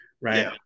right